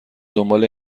دنبال